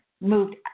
moved